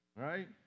Right